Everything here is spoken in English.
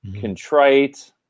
contrite